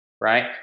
right